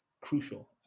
crucial